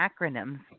acronyms